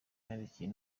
yandikiye